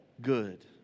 good